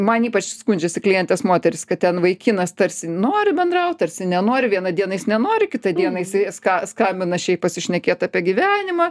man ypač skundžiasi klientės moterys kad ten vaikinas tarsi nori bendraut tarsi nenori vieną dieną jis nenori kitą dieną jisai ska skambina šiaip pasišnekėt apie gyvenimą